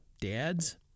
dads